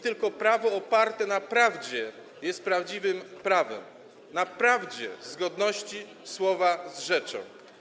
Tylko prawo oparte na prawdzie jest prawdziwym prawem, na prawdzie w zgodności słowa z rzeczą.